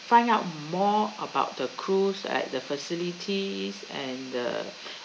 find out more about the cruise like the facilities and the